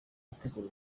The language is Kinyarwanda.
ategura